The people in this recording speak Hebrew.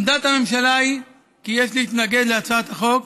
עמדת הממשלה היא כי יש להתנגד להצעת החוק,